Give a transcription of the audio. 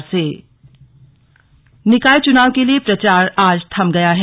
निकाय चुनाव निकाय चुनाव के लिए प्रचार आज थम गया है